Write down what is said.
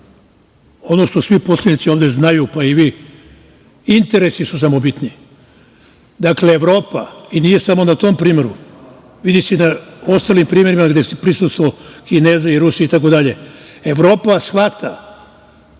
Ono što svi poslanici ovde znaju, pa i vi, interesi su samo bitni. Dakle, Evropa, i nije samo na tom primeru, vidi se i na ostalim primerima gde je prisustvo Kineza, Rusa itd, Evropa shvata